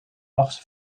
nachts